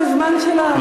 זה זמן שלו.